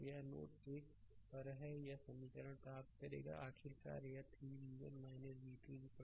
तो यह नोड 1 पर है यह समीकरण प्राप्त करेगा आखिरकार यह 3 v1 v2 32 आ रहा है